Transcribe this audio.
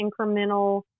incremental